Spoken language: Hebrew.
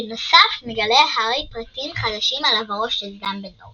בנוסף, מגלה הארי פרטים חדשים על עברו של דמבלדור